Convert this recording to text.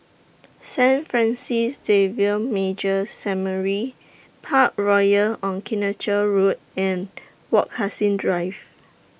Saint Francis Xavier Major Seminary Parkroyal on Kitchener Road and Wak Hassan Drive